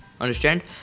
understand